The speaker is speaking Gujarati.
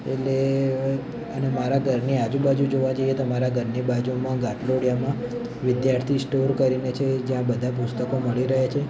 એટલે અને મારા ઘરની આજુબાજુ જોવા જઈએ તો મારાં ઘરની બાજુમાં ઘાટલોડીયામાં વિદ્યાર્થી સ્ટોર કરીને છે જ્યાં બધા પુસ્તકો મળી રહે છે